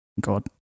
God